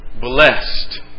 blessed